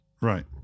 Right